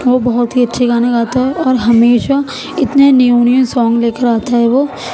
وہ بہت ہی اچھے گانا گاتا ہے اور ہمیشہ اتنے نیو نیو سونگ لے کر آتا ہے وہ